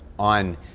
on